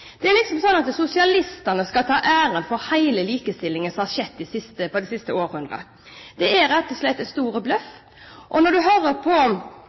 Det er liksom slik at sosialistene tar æren for hele likestillingen som har skjedd i løpet av de siste århundrene. Det er rett og slett en stor bløff. Når man hører